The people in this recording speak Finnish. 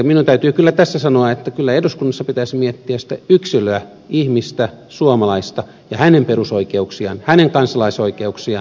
minun täytyy kyllä tässä sanoa että kyllä eduskunnassa pitäisi miettiä sitä yksilöä ihmistä suomalaista ja hänen perusoikeuksiaan hänen kansalaisoikeuksiaan